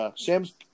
Shams